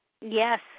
Yes